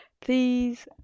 please